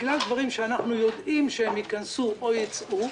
בגלל דברים שאנחנו יודעים שייכנסו או יצאו,